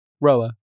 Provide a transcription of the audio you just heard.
Roa